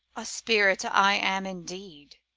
a spirit i am indeed